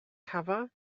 cover